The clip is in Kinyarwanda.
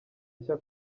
nshya